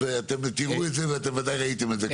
ואתם תראו את זה, וודאי ראיתם אז זה כבר.